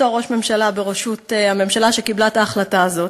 אותו ראש ממשלה בראשות הממשלה שקיבלה את ההחלטה הזאת,